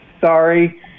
Sorry